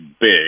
big